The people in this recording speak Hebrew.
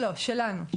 שלנו.